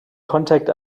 contact